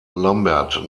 lambert